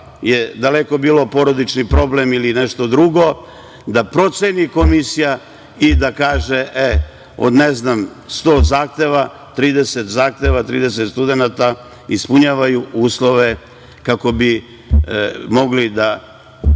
je, daleko bilo, porodični problem ili nešto drugo, da proceni komisija i da kaže od 100 zahteva 30 zahteva, 30 studenata ispunjavaju uslove kako bi mogli da